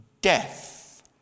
death